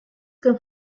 qu’un